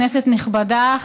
כנסת נכבדה,